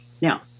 Now